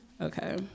okay